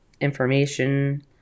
information